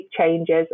changes